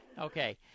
Okay